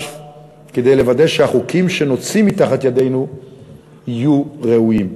כדי לוודא שהחוקים שנוציא מתחת ידינו יהיו ראויים.